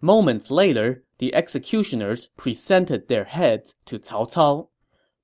moments later, the executioners presented their heads to cao cao